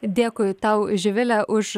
dėkui tau živile už